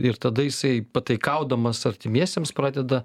ir tada jisai pataikaudamas artimiesiems pradeda